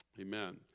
Amen